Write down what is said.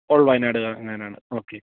all Wayanad കറങ്ങാനാണ് okay